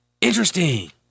Interesting